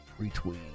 Retweet